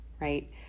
right